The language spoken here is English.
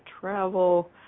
travel